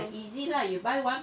easy lah you buy one